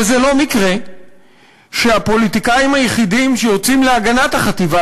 וזה לא מקרה שהפוליטיקאים היחידים שיוצאים להגנת החטיבה,